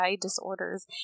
disorders